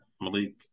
Malik